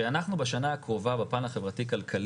שאנחנו בשנה הקרובה בפן החברתי-כלכלי,